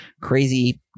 crazy